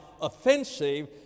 offensive